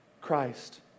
Christ